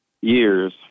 years